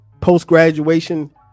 post-graduation